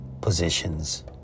positions